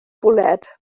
bwled